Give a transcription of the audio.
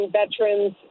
veterans